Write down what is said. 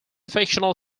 fictional